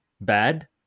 bad